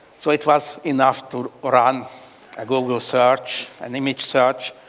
so, it was enough to run a google search, an image search,